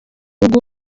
gihugu